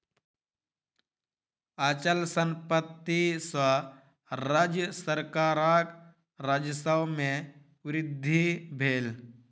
अचल संपत्ति सॅ राज्य सरकारक राजस्व में वृद्धि भेल